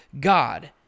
God